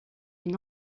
une